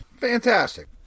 Fantastic